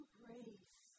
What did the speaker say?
grace